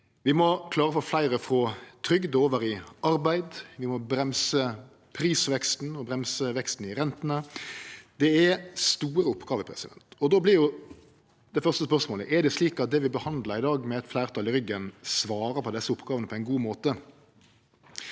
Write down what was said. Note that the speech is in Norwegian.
å få fleire frå trygd og over i arbeid. Vi må bremse prisveksten og bremse veksten i rentene. Det er store oppgåver. Då vert det første spørsmålet: Er det slik at det vi behandlar i dag, med eit fleirtal i ryggen, svarer på desse oppgåvene på ein god måte?